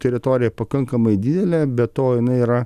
teritorija pakankamai didelė be to jinai yra